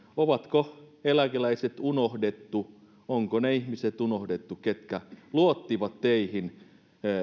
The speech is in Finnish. onko eläkeläiset unohdettu onko ne ihmiset unohdettu ketkä luottivat teihin